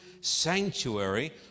sanctuary